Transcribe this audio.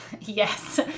Yes